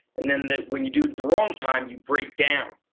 and then then when you do it the wrong time you break down.